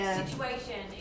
situation